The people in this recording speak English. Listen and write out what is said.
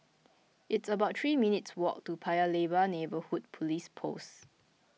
it's about three minutes' walk to Paya Lebar Neighbourhood Police Post